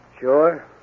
Sure